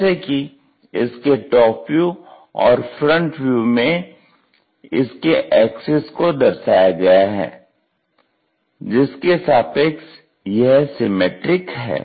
जैसे कि इसके टॉप व्यू और फ्रंट व्यू में इसके एक्सिस को दर्शाया गया है जिसके सापेक्ष यह सिमेट्रिक है